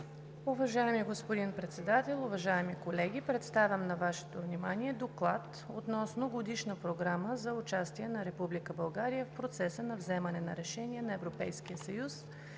Уважаеми господин Председател, уважаеми колеги! Представям на Вашето внимание „ДОКЛАД относно Годишна програма за участие на Република България в процеса на вземане на решения на